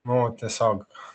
nu tiesiog